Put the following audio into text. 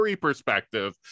perspective